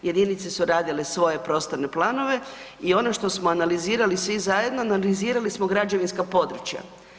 Jedinice su radile svoje prostorne planove i ono što smo analizirali svi zajedno, analizirali smo građevinska područja.